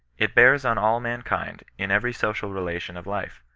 it bears on all mankind, in every social relation of life.